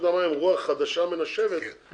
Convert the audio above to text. רוח חדשה מנשבת ברשות המים.